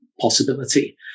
possibility